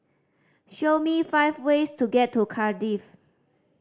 show me five ways to get to Cardiff